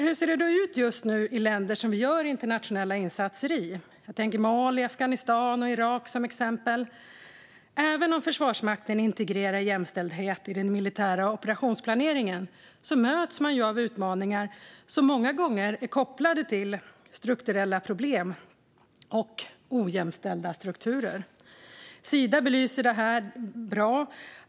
Hur ser det då ut just nu i länder som vi gör internationella insatser i? Jag tänker till exempel på Mali, Afghanistan och Irak. Även om Försvarsmakten integrerar jämställdhet i den militära operationsplaneringen möts man av utmaningar som många gånger är kopplade till strukturella problem och ojämställda strukturer. Sida belyser detta bra.